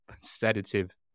sedative